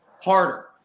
harder